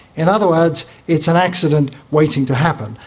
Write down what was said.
in other words, it's an accident waiting to happen.